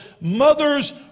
mother's